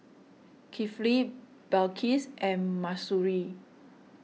Kifli Balqis and Mahsuri